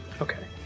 Okay